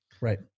right